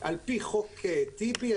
על-פי "חוק טיבי",